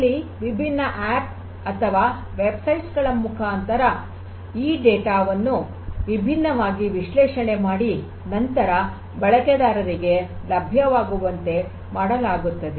ಅಲ್ಲಿ ವಿಭಿನ್ನ ಆಪ್ ಅಥವಾ ವೆಬ್ ಸೈಟ್ಸ್ ಗಳ ಮೂಲಕ ಈ ಡೇಟಾ ವನ್ನು ವಿಭಿನ್ನವಾಗಿ ವಿಶ್ಲೇಷಣೆ ಮಾಡಿ ನಂತರ ಬಳಕೆದಾರರಿಗೆ ಲಭ್ಯವಾಗುವಂತೆ ಮಾಡಲಾಗುತ್ತದೆ